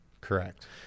Correct